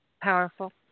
Powerful